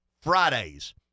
Fridays